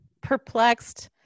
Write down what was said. perplexed